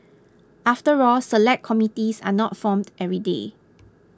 after all Select Committees are not formed every day